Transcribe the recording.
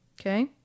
Okay